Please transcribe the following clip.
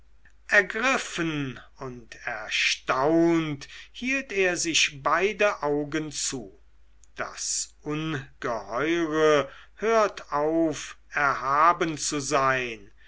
ergriffen und erstaunt hielt er sich beide augen zu das ungeheure hört auf erhaben zu sein